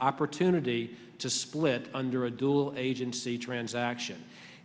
opportunity to split under a dual agency transaction